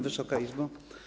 Wysoka Izbo!